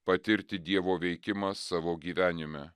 patirti dievo veikimą savo gyvenime